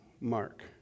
Mark